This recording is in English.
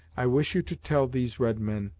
i wish you to tell these red men,